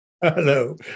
Hello